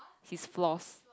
his flaws